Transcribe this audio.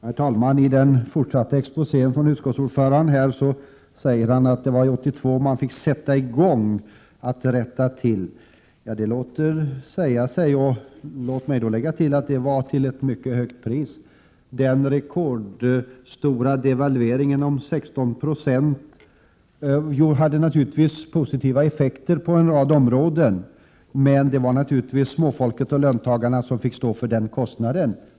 Herr talman! I sin fortsatta exposé säger utskottsordföranden att 1982 fick man sätta i gång att rätta till. Det låter säga sig. Låt mig då lägga till att det var till ett mycket högt pris. Den rekordstora devalveringen om 16 70 hade naturligtvis positiva effekter på en rad områden, men det var småfolket och löntagarna som fick stå för den kostnaden.